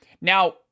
Now